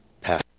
pass